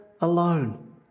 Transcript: alone